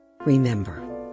remember